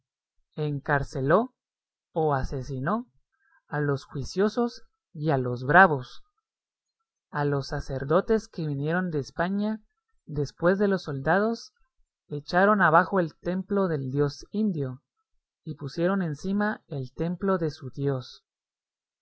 encarceló o asesinó a los juiciosos y a los bravos y los sacerdotes que vinieron de españa después de los soldados echaron abajo el templo del dios indio y pusieron encima el templo de su dios